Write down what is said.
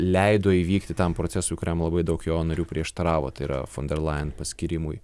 leido įvykti tam procesui kuriam labai daug jo narių prieštaravo tai yra fonderlaijen paskyrimui